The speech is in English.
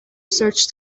search